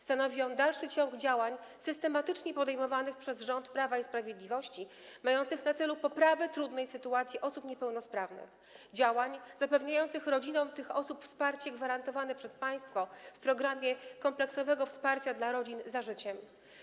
Stanowi on dalszy ciąg działań systematycznie podejmowanych przez rząd Prawa i Sprawiedliwości, mających na celu poprawę trudnej sytuacji osób niepełnosprawnych, działań zapewniających rodzinom tych osób wsparcie gwarantowane przez państwo w programie kompleksowego wsparcia dla rodzin „Za życiem”